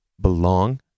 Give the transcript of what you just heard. belong